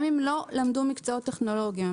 גם אם לא למדו מקצועות טכנולוגיה.